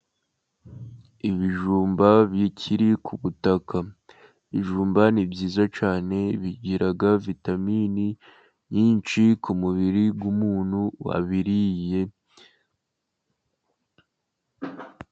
Ibijumba bikiri ku butaka. Ibijumba ni byiza cyane, bigira vitamini nyinshi ku mubiri w'umuntu wabiriye.